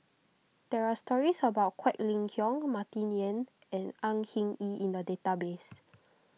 there are stories about Quek Ling Kiong Martin Yan and Au Hing Yee in the database